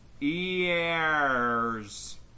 Ears